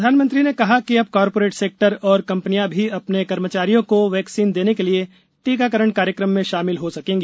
प्रधानमंत्री ने कहा कि अब कॉर रेट सेक्टर और कं नियां भी अ ने कर्मचारियों को वैक्सीन देने के लिए टीकाकरण कार्यक्रम में शामिल हो सकेंगी